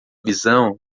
visão